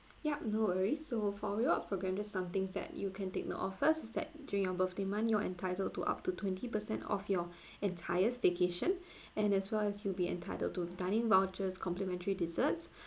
yup no worries so for reward of program just some things that you can take note of first is that during your birthday month you're entitled to up to twenty percent off your entire staycation and as well as you'll be entitled to dining vouchers complimentary desserts